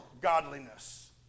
godliness